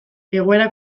egoera